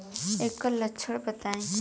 एकर लक्षण बताई?